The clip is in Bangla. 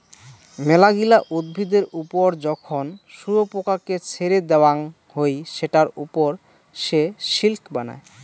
মেলাগিলা উদ্ভিদের ওপর যখন শুয়োপোকাকে ছেড়ে দেওয়াঙ হই সেটার ওপর সে সিল্ক বানায়